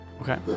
Okay